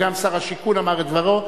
וגם שר השיכון אמר את דברו.